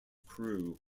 crew